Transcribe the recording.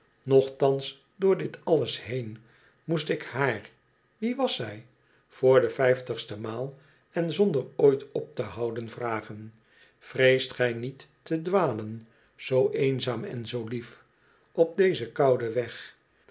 nochtans door dit alles heen moest ik haar wie w a s zij voor de vijftigste maal en zonder ooit op te houden vragen yreest gij niet te dwalen zoo eenzaam en zoo lief op dezen kouden weg